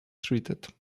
treated